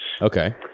Okay